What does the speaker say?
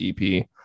ep